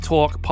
Talk